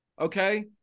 Okay